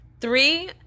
Three